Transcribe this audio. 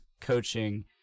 coaching